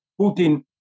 Putin